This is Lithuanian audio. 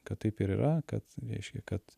kad taip ir yra kad reiškia kad